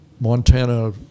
Montana